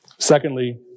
Secondly